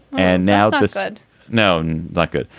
and now this i'd known like good.